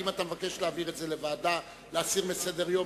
האם אתה מבקש להעביר את זה לוועדה או להסיר מסדר-היום?